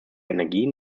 energie